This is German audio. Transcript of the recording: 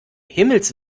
himmels